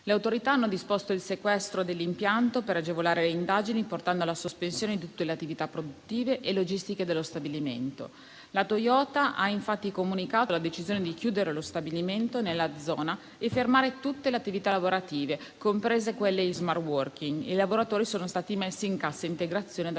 Le autorità hanno disposto il sequestro dell'impianto per agevolare le indagini, portando alla sospensione di tutte le attività produttive e logistiche dello stabilimento. La Toyota ha infatti comunicato la decisione di chiudere lo stabilimento nella zona e fermare tutte le attività lavorative, comprese quelle di *smart working,* e i lavoratori sono stati messi in cassa integrazione dal